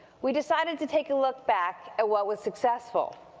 we decided to take a look back at what was successful,